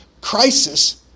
crisis